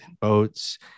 boats